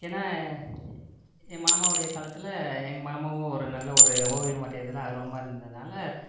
ஏன்னால் எங்கள் மாமாவுடைய காலத்தில் எங்கள் மாமாவும் ஒரு நல்ல ஒரு ஓவியம் வரையிரதில் ஆர்வமாக இருந்ததுனால்